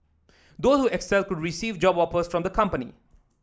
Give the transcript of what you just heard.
those who excel could receive job offers from the companies